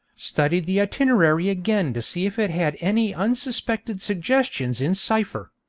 studied the itinerary again to see if it had any unsuspected suggestions in cipher.